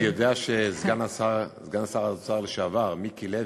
אני יודע שסגן שר האוצר לשעבר מיקי לוי,